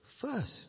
First